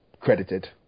Credited